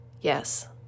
yes